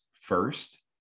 first